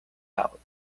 out